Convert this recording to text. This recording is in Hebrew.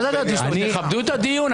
תקיים דיון.